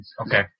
Okay